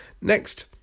Next